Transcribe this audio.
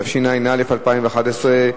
התשע"א 2011,